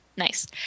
Nice